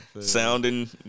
sounding